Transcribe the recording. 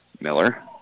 Miller